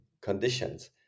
conditions